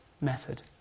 method